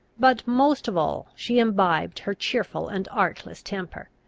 but most of all she imbibed her cheerful and artless temper,